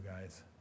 guys